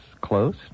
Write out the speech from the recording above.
close